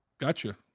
gotcha